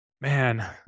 Man